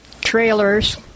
Trailers